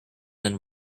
than